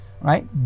Right